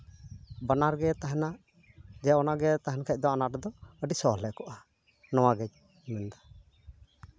ᱵᱟᱱᱟᱨ ᱜᱮ ᱛᱟᱦᱮᱱᱟ ᱡᱮ ᱚᱱᱟᱜᱮ ᱛᱟᱦᱮᱱ ᱠᱷᱟᱡ ᱫᱚ ᱟᱱᱟᱴ ᱫᱚ ᱟᱹᱰᱤ ᱥᱚᱦᱞᱮ ᱠᱚᱜᱼᱟ ᱱᱚᱣᱟᱜᱤᱧ ᱢᱮᱱᱫᱟ